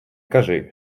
кажи